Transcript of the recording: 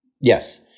yes